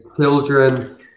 children